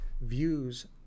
views